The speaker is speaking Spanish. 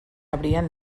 abrían